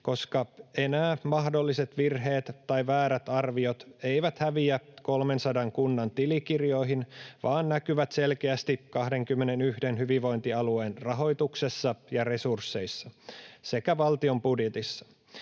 koska enää mahdolliset virheet tai väärät arviot eivät häviä 300 kunnan tilikirjoihin, vaan näkyvät selkeästi 21 hyvinvointialueen rahoituksessa ja resursseissa sekä valtion budjetissa.